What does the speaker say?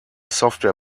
software